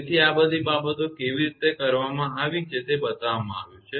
તેથી આ બધી બાબતો કેવી રીતે કરવામાં આવી છે તે બતાવવામાં આવ્યું છે